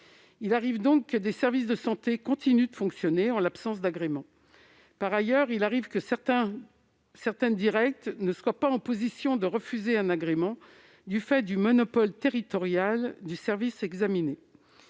sa dissolution. Des services de santé continuent donc de fonctionner en l'absence d'agrément. Par ailleurs, il arrive que certaines Direccte ne soient pas en mesure de refuser un agrément, du fait du monopole territorial du service examiné.